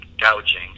gouging